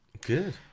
good